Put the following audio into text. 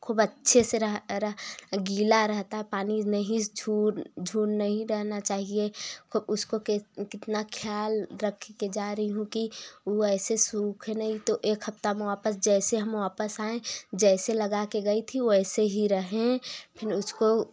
खूब अच्छे से रह रह गीला रहता पानी नहीं छू झू नहीं रहना चाहिए उसको कितना ख्याल रख कर जा रही हूँ कि उ ऐसे सूखे नहीं तो एक हफ़्ता में वापस जैसे हम वापस आएं जैसे लगा कर गई थी वैसे ही रहें फिन उसको